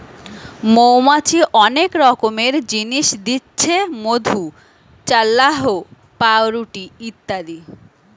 মৌমাছি অনেক রকমের জিনিস দিচ্ছে মধু, চাল্লাহ, পাউরুটি ইত্যাদি